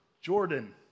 Jordan